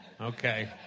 Okay